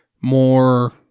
more